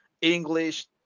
English